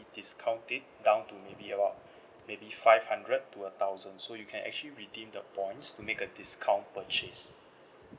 discount it down to maybe about maybe five hundred to a thousand so you can actually redeem the points to make a discount purchased